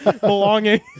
belonging